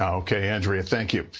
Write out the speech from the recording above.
okay. andrea, thank you.